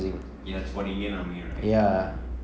ya it's abotu indian army right